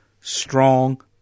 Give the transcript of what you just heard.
Strong